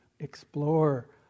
explore